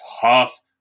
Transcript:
tough